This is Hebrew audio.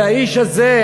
הרי האיש הזה,